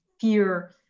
fear